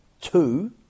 two